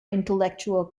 intellectual